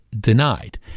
denied